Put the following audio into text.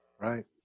right